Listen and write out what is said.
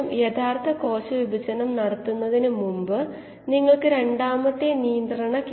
പ്രാരംഭ കോശ ഗാഢതയുടെ 10 മുതൽ 30 മടങ്ങ് വരെ ഉണ്ടാകുമത്